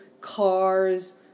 cars